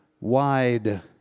Wide